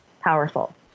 powerful